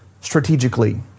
strategically